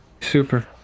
Super